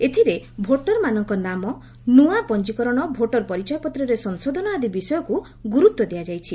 ଏଥିରେ ଭୋଟରମାନଙ୍କ ନାମ ନୂଆ ପଞ୍ଜିକରଣ ଭୋଟର ପରିଚୟପତ୍ରରେ ସଂଶୋଧନ ଆଦି ବିଷୟକୁ ଗୁରୁତ୍ୱ ଦିଆଯାଇଛି